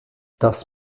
das